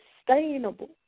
sustainable